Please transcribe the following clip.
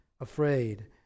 afraid